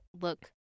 look